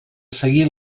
seguir